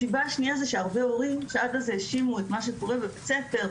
הסיבה השנייה זה שהרבה הורים שעד אז האשימו את מה שקורה בבית ספר,